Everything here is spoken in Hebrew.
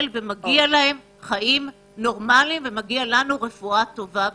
ומגיעים להם חיים נורמליים ומגיעים לנו רפואה טובה ואיכותית.